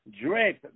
Drip